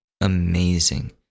amazing